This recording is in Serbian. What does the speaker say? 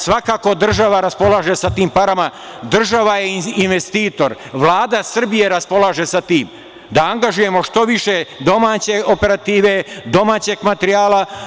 Svakako država raspolaže sa tim parama, država je investitor, Vlada Srbije raspolaže sa tim da angažujemo što više domaće operative, domaćeg materijala.